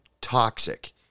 toxic